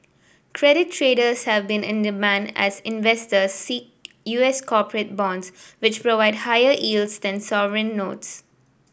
credit traders have been in demand as investors seek U S corporate bonds which provide higher yields than sovereign notes